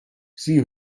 sie